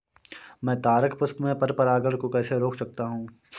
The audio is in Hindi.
मैं तारक पुष्प में पर परागण को कैसे रोक सकता हूँ?